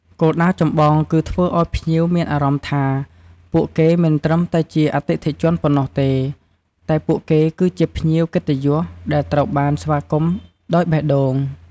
គោលដៅចម្បងគឺធ្វើឲ្យភ្ញៀវមានអារម្មណ៍ថា ពួកគេមិនត្រឹមតែជាអតិថិជនប៉ុណ្ណោះទេ តែពួកគេគឺជាភ្ញៀវកិត្តិយសដែលត្រូវបានស្វាគមន៍ដោយបេះដូង។